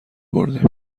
بردیم